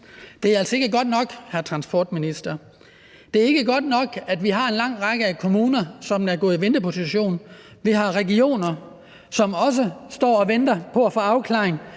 det er altså ikke godt nok, hr. transportminister. Det er ikke godt nok, at vi har en lang række af kommuner, som er gået i venteposition, vi har regioner, som også står og venter på at få afklaring,